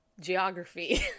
geography